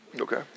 Okay